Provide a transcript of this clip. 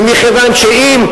ומכיוון שאם,